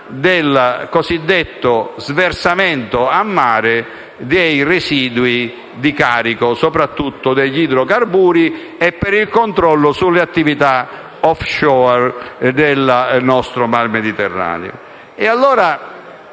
del cosiddetto sversamento a mare dei residui di scarico, soprattutto degli idrocarburi, e per il controllo sulle attività *off-shore* nel nostro Mar Mediterraneo.